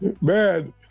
man